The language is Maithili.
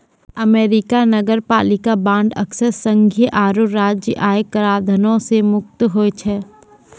अमेरिका नगरपालिका बांड अक्सर संघीय आरो राज्य आय कराधानो से मुक्त होय छै